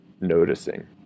noticing